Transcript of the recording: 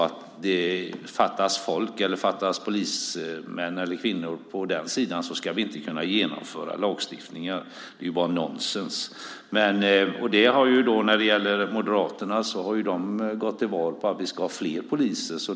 Att vi inte skulle kunna genomföra lagstiftningar för att det fattas polismän och poliskvinnor är bara nonsens. Moderaterna har ju gått till val på att vi ska ha fler poliser.